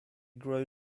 grow